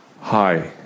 hi